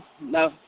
no